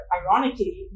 ironically